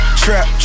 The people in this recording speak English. trap